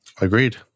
Agreed